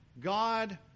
God